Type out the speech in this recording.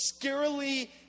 scarily